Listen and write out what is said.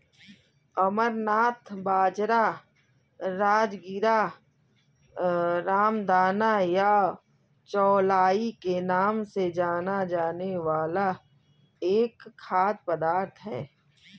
अमरनाथ बाजरा, राजगीरा, रामदाना या चौलाई के नाम से जाना जाने वाला एक खाद्य पदार्थ है